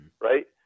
right